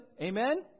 Amen